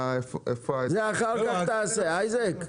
זה אחר כך תעשה איזק.